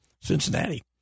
Cincinnati